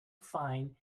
find